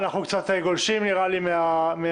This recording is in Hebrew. אנחנו קצת גולשים מהעיקר.